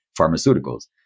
pharmaceuticals